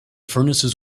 furnaces